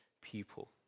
people